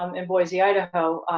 um in boise, idaho.